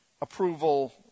approval